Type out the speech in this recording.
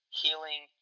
healing